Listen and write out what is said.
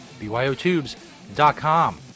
BYOTubes.com